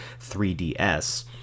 3ds